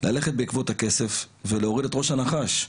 ללכת בעקבות הכסף ולהוריד את ראש הנחש.